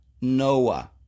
Noah